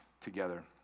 together